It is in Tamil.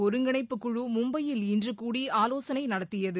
ஒருங்கிணைப்புக்குழு மும்பையில் இன்று கூடி ஆலோசனை நடத்தியது